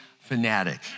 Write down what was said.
fanatic